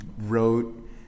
wrote